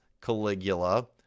Caligula